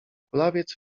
kulawiec